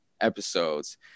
episodes